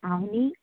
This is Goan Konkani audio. हांव न्ही